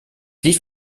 wie